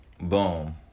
boom